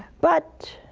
but